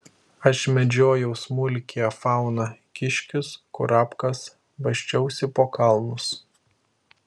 aš medžiojau smulkiąją fauną kiškius kurapkas basčiausi po kalnus